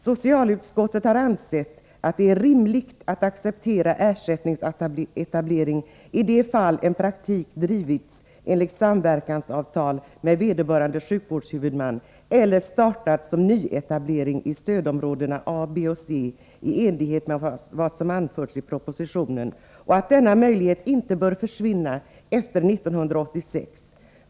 Socialutskottet har ansett att det är rimligt att acceptera ersättningsetablering i de fall en praktik drivits enligt samverkansavtal med vederbörande sjukvårdshuvudman eller startats som nyetablering i stödområdena A, B och Ci enlighet med vad som anförts i propositionen och att denna möjlighet inte bör försvinna efter år 1986.